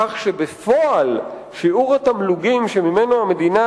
כך שבפועל שיעור התמלוגים שממנו המדינה